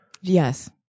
Yes